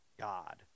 God